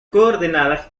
coordenadas